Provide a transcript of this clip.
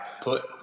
put